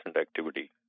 activity